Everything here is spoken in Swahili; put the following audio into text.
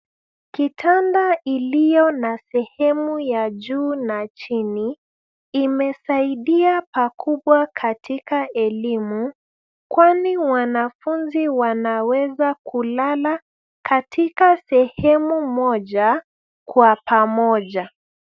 Kitanda iliyo na sehemu ya juu na chini imesaidia pakubwa katika elimu kwani wanafunzi wanaweza kulala katika sehemu moja kwa pamoja.